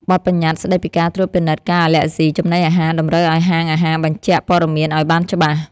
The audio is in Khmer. បទប្បញ្ញត្តិស្ដីពីការត្រួតពិនិត្យការអាឡែស៊ីចំណីអាហារតម្រូវឱ្យហាងអាហារបញ្ជាក់ព័ត៌មានឱ្យបានច្បាស់។